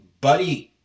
Buddy